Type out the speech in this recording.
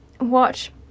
watch